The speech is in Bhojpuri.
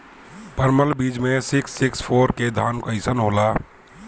परमल बीज मे सिक्स सिक्स फोर के धान कईसन होला?